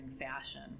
fashion